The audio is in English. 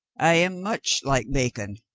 i am much like bacon,